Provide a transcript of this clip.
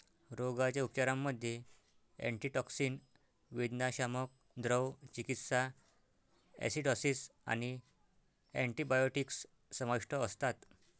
रोगाच्या उपचारांमध्ये अँटीटॉक्सिन, वेदनाशामक, द्रव चिकित्सा, ॲसिडॉसिस आणि अँटिबायोटिक्स समाविष्ट असतात